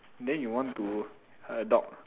then you want to adopt